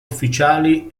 ufficiali